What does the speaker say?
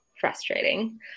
frustrating